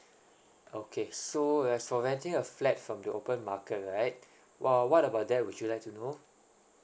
okay so as for renting a flat from the open market right well what about that would you like to know